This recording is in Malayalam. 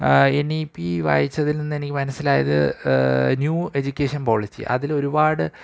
എൻ ഇ പി വായിച്ചതിൽനിന്നെനിക്ക് മനസിലായത് ന്യൂ എജ്യുക്കേഷൻ പോളിസി അതിലൊരുപാട്